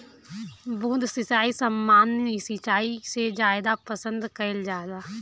बूंद सिंचाई सामान्य सिंचाई से ज्यादा पसंद कईल जाला